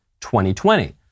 2020